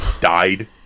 died